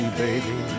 baby